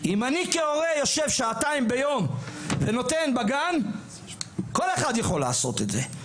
אם אני כהורה יושב שעתיים ביום ונותן בגן כל אחד יכול לעשות את זה.